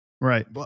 Right